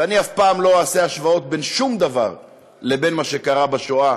ואני אף פעם לא אעשה השוואות בין שום דבר ובין מה שקרה בשואה